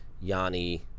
Yanni